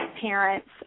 parents